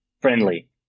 friendly